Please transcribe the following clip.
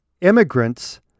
immigrants